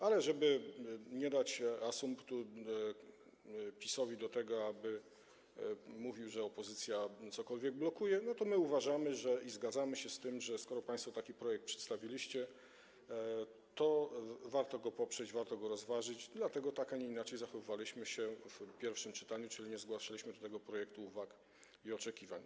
Ale żeby nie dać asumptu PiS-owi do tego, aby mówił, że opozycja cokolwiek blokuje, to my uważamy i zgadzamy się z tym, że skoro państwo taki projekt przedstawiliście, to warto go poprzeć, warto go rozważyć, dlatego tak, a nie inaczej zachowywaliśmy się w pierwszym czytaniu, czyli nie zgłaszaliśmy do tego projektu uwag i oczekiwań.